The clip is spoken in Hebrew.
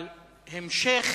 אבל ההמשך,